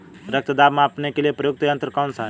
रक्त दाब मापने के लिए प्रयुक्त यंत्र कौन सा है?